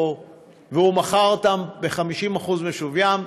והוא מכר אותן ב-50% משוויין,